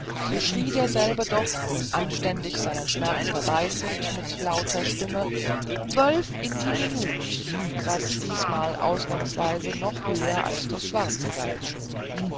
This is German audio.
so schrie derselbe doch anständig seinen schmerz verbeißend mit lauter stimme zwölf in die minut was diesmal ausnahmsweise noch höher als das schwarze galt